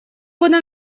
года